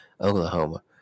Oklahoma